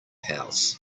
house